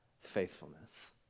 faithfulness